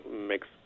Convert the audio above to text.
makes